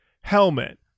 Helmet